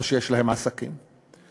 או שיש להם עסקים שם.